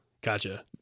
Gotcha